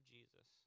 Jesus